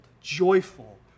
joyful